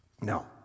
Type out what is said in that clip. no